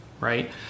right